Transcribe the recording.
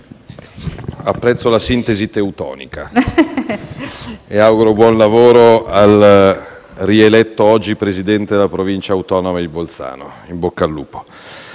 apprezzo la sintesi teutonica e auguro buon lavoro al rieletto oggi Presidente della Provincia autonoma di Bolzano. In bocca al lupo!